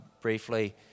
briefly